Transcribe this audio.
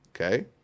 Okay